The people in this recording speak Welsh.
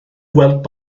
gweld